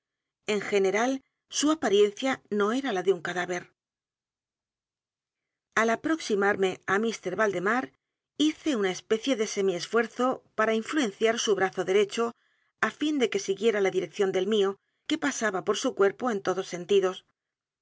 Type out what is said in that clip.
n general su apariencia no era la de un cadáver al aproximarme á mr valdemar hice una especie de semi esfuerzo p a r a influenciar su brazo derecho á fin de que siguiera la dirección del mío que pasaba por su cuerno en todos sentidos